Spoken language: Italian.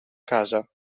casa